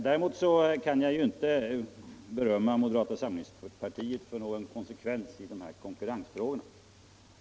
Däremot kan jag inte berömma moderata samlingspartiet för konsekvens i konkurrensfrågorna.